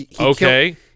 Okay